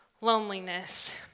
loneliness